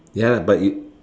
ya but you